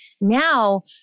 Now